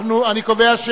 להצביע.